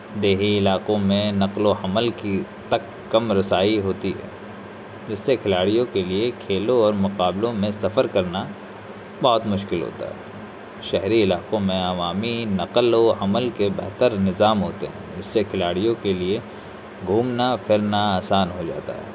دیہی علاقوں میں نقل و حمل کی تک کم رسائی ہوتی ہے جس سے کھلاڑیوں کے لیے کھیلو اور مقابلوں میں سفر کرنا بہت مشکل ہوتا ہے شہری علاقوں میں عوامی نقل و حمل کے بہتر نظام ہوتے ہیں اس سے کھلاڑیوں کے لیے گھومنا پھرنا آسان ہو جاتا ہے